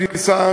תודה,